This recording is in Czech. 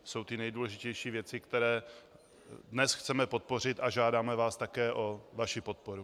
Jsou to nejdůležitější věci, které dnes chceme podpořit, a žádáme vás také o vaši podporu.